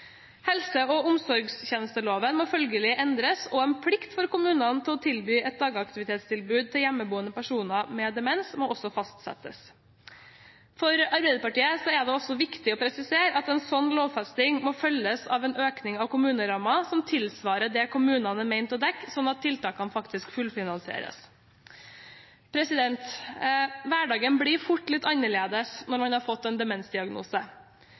Helse- og omsorgstjenesteloven må følgelig endres, og en plikt for kommunene til å tilby et dagaktivitetstilbud til hjemmeboende personer med demens må også fastsettes. For Arbeiderpartiet er det viktig å presisere at en slik lovfesting må følges av en økning av kommunerammen som tilsvarer det kommunene er ment å dekke, slik at tiltakene faktisk fullfinansieres. Hverdagen blir fort litt annerledes når man har fått en demensdiagnose.